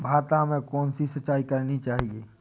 भाता में कौन सी सिंचाई करनी चाहिये?